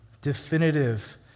definitive